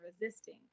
resisting